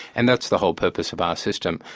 and that's the whole purpose of our system.